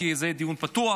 כי זה יהיה דיון פתוח,